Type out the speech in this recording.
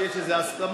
שיש איזה הסכמות.